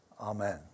amen